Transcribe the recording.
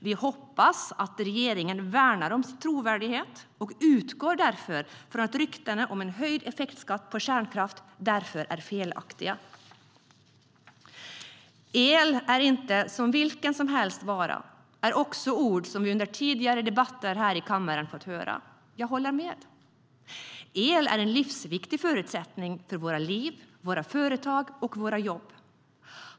Vi hoppas att regeringen värnar om sin trovärdighet och utgår därför från att ryktena om en höjd effektskatt på kärnkraft är felaktiga. Att el inte är som vilken vara som helst är ord som vi under tidigare debatter här i kammaren fått höra. Jag håller med om det. El är en livsviktig förutsättning för våra liv, våra företag och våra jobb.